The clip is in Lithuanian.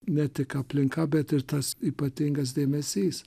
ne tik aplinka bet ir tas ypatingas dėmesys